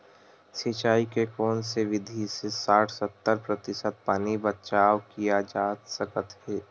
सिंचाई के कोन से विधि से साठ सत्तर प्रतिशत पानी बचाव किया जा सकत हे?